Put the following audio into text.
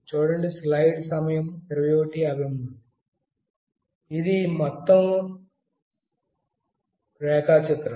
ఇది రేఖాచిత్రం యొక్క మొత్తము